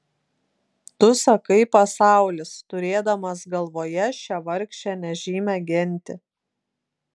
tu sakai pasaulis turėdamas galvoje šią vargšę nežymią gentį